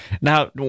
Now